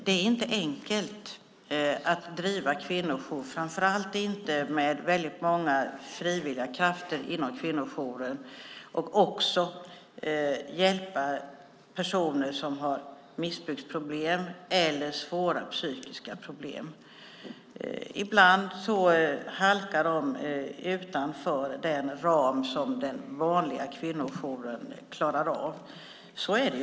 Det är inte enkelt att driva kvinnojourer, framför allt inte med väldigt många frivilliga krafter inom kvinnojourerna, och också hjälpa personer som har missbruksproblem eller svåra psykiska problem som ibland halkar utanför den ram som de vanliga kvinnojourerna klarar av. Så är det.